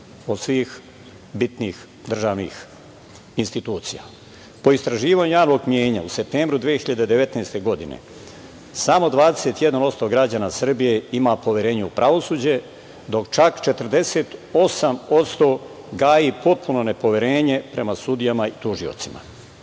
od svih bitnih državnih institucija. Po istraživanju javnog mnjenja u septembru 2019. godine, samo 21% građana Srbije ima poverenje u pravosuđe, dok čak 48% gaji potpuno nepoverenje prema sudijama i tužiocima. Po